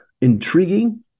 intriguing